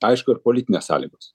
aišku ir politinės sąlygos